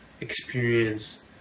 experience